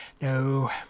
No